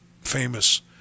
famous